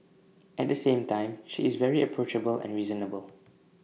at the same time she is very approachable and reasonable